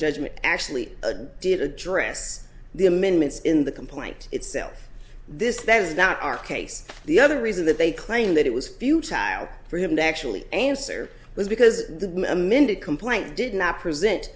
judgment actually did address the amendments in the complaint itself this was not our case the other reason that they claim that it was futile for him to actually answer was because the amended complaint did not present